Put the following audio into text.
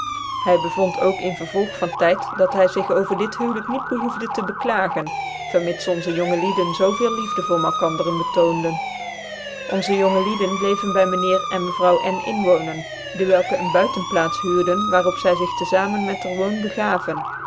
hy bevond ook in vervolg van tyd dat hy zig over dit huwelijk niet behoefde te beklagen vermits onze jonge lieden zoo veel liefde voor malkandcrcn betoonden onze jonge lieden bleven by myn heer cn mevrouw n inwooncn dewelke een buitenplaats huurden waarop zy zig tc famen met er woon begaven